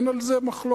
אין על זה מחלוקת,